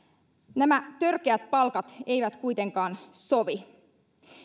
nämä törkeät palkat eivät kuitenkaan sovi